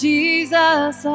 Jesus